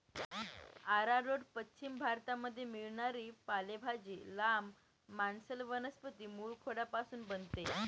arrowroot पश्चिम भारतामध्ये मिळणारी पालेभाजी, लांब, मांसल वनस्पती मूळखोडापासून बनते